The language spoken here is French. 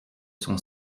son